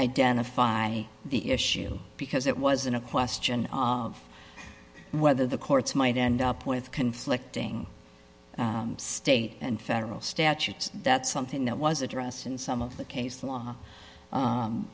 identify the issue because it wasn't a question of whether the courts might end up with conflicting state and federal statutes that's something that was addressed in some of the case law